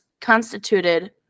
constituted